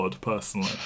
Personally